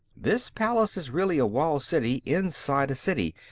this palace is really a walled city inside a city.